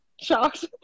Shocked